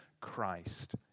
Christ